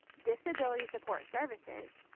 disability support services,